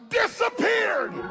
disappeared